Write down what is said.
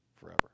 forever